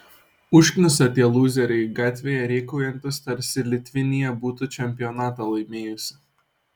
užknisa tie lūzeriai gatvėje rėkaujantys tarsi litvinija būtų čempionatą laimėjusi